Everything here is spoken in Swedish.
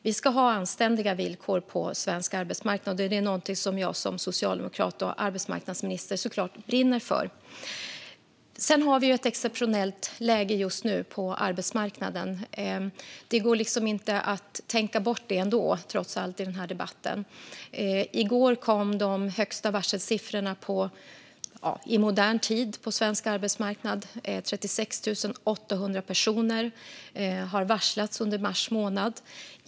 Vi ska ha anständiga villkor på svensk arbetsmarknad; det är något som jag som socialdemokrat och arbetsmarknadsminister såklart brinner för. Just nu har vi ett exceptionellt läge på arbetsmarknaden. Det går liksom inte att tänka bort det i den här debatten. I går kom de högsta varselsiffrorna på svensk arbetsmarknad i modern tid - 36 800 personer har varslats under mars månad.